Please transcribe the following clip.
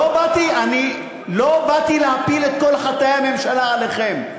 אני לא באתי להפיל את כל חטאי הממשלה עליכם.